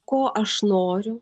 ko aš noriu